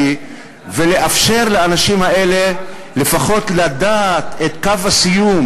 ולאפשר לאנשים האלה לפחות לדעת את קו הסיום,